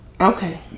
Okay